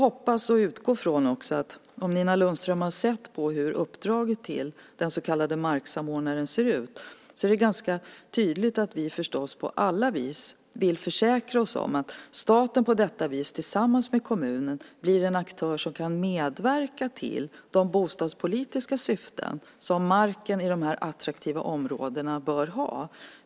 Om Nina Lundström har sett uppdraget till den så kallade marksamordnaren vet hon att det är ganska tydligt att vi på alla vis vill försäkra oss om att staten på detta sätt tillsammans med kommunerna blir en aktör som kan medverka till de bostadspolitiska syften som marken i de attraktiva områdena bör ha.